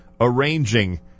arranging